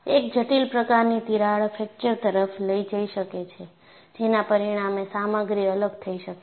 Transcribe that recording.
એક જટિલ પ્રકારની તિરાડ ફ્રેક્ચર તરફ લઈ જઈ શકે છે જેના પરિણામે સામગ્રી અલગ થઈ શકે છે